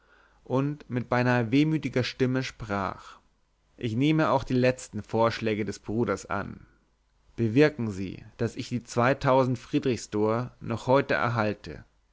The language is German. und mit beinahe wehmütiger stimme sprach ich nehme auch die letzten vorschläge des bruders an bewirken sie daß ich die zweitausend friedrichsdor noch heute erhalte